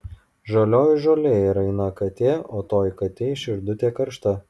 žalioj žolėj raina katė o toj katėj širdutė karšta